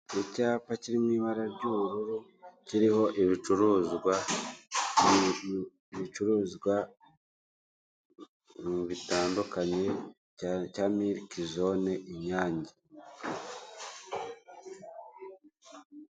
Icyapa kiri mu ibara ry'ubururu kiriho ibicuruzwa, ibicuruzwa bitandukanye cya Miriki Zone Inyange.